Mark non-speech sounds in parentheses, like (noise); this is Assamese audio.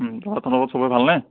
(unintelligible) তহঁতৰ ঘৰত চবৰে ভাল নে